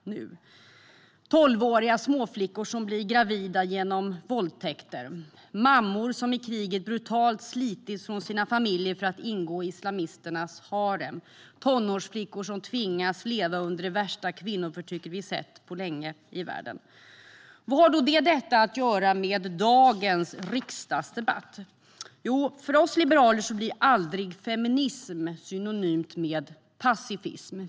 Tolvåriga småflickor blir gravida genom våldtäkter. I kriget slits mammor brutalt från sina familjer för att ingå i islamisternas harem. Tonårsflickor tvingas leva under det värsta kvinnoförtryck vi sett på länge i världen. Strategisk export-kontroll 2015 - krigsmateriel och produkter med dubbla användningsområden Vad har då detta att göra med denna riksdagsdebatt? Jo, för oss liberaler blir feminism aldrig synonymt med pacifism.